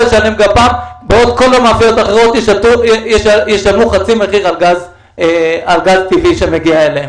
לשלם גפ"ם בעוד כל האחרים ישלמו חצי מחיר על גז טבעי שמגיע אליהם.